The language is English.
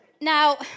Now